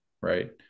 right